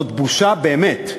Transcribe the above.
זאת בושה באמת,